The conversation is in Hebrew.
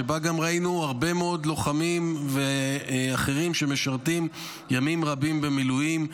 שבה גם ראינו הרבה מאוד לוחמים ואחרים שמשרתים ימים רבים במילואים,